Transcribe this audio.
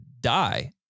die